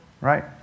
right